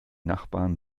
nachbarn